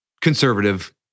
conservative